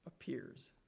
appears